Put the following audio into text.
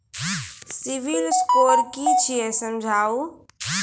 Civil score कि छियै समझाऊ?